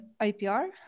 IPR